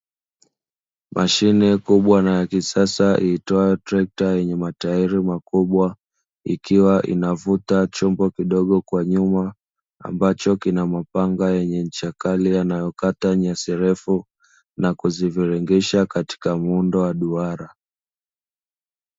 Mashine kubwa na ya kisasa iitwayo trekta yenye matairi makubwa ikiwa inavuta chombo kidogo kwa nyuma ambacho kina mapanga yenye ncha kali yanayokata nyasi refu na kuziviringisha katika muundo wa duara.